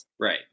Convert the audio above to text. Right